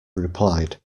replied